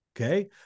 Okay